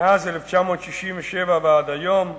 מאז 1967 ועד היום,